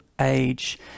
age